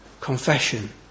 confession